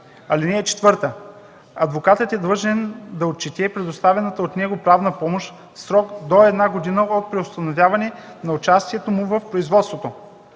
инстанция. (4) Адвокатът е длъжен да отчете предоставената от него правна помощ в срок до една година от преустановяване на участието му в производството.”